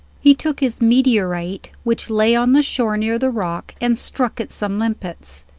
he took his meteorite, which lay on the shore near the rock, and struck at some limpets.